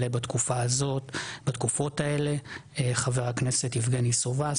בתקופות האלה חבר הכנסת יבגני סובה,